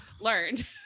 learned